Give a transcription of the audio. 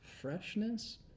freshness